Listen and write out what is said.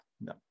no